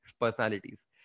personalities